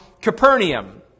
Capernaum